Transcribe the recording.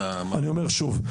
אני אומר שוב,